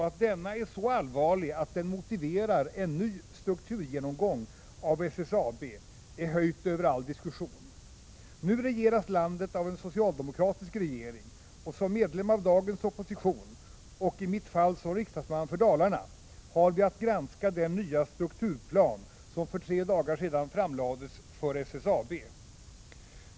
Att denna är så allvarlig att den motiverar en ny strukturgenomgång av SSAB är höjt över all diskussion. Nu regeras landet av en socialdemokratisk regering, och som medlem av dagens opposition — och i mitt fall som riksdagsman från Dalarna — har vi att granska den nya strukturplan som för tre dagar sedan framlades för SSAB.